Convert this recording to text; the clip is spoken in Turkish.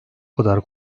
kadar